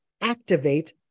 activate